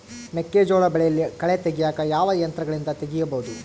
ಮೆಕ್ಕೆಜೋಳ ಬೆಳೆಯಲ್ಲಿ ಕಳೆ ತೆಗಿಯಾಕ ಯಾವ ಯಂತ್ರಗಳಿಂದ ತೆಗಿಬಹುದು?